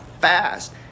fast